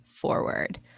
forward